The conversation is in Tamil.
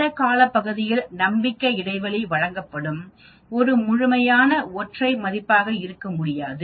இந்த காலப்பகுதியில் நம்பிக்கை இடைவெளி வழங்கப்படும் ஒரு முழுமையான ஒற்றை மதிப்பாக இருக்க முடியாது